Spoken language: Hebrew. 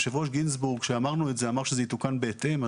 יושב הראש גינזבורג כשאמרנו את זה אמר שזה יתוקן בהתאם.